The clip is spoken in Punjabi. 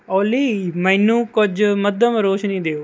ਓਲੀ ਮੈਨੂੰ ਕੁਝ ਮੱਧਮ ਰੋਸ਼ਨੀ ਦਿਓ